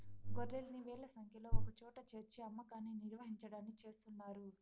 గొర్రెల్ని వేల సంఖ్యలో ఒకచోట చేర్చి అమ్మకాన్ని నిర్వహించడాన్ని చేస్తున్నారు